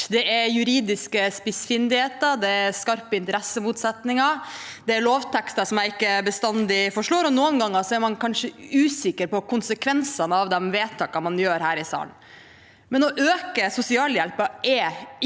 Det er juridiske spissfindigheter, det er skarpe interessemotsetninger, det er lovtekster som jeg ikke bestandig forstår, og noen ganger er man kanskje usikker på konsekvensene av vedtakene man gjør her i salen. Det å øke sosialhjelpen er ikke